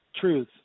truth